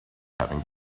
having